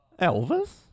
Elvis